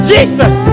Jesus